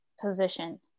position